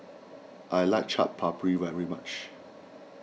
I like Chaat Papri very much